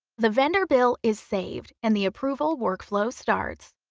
the vendor bill is saved and the approval workflow starts.